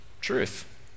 truth